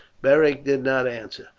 beric did not answer.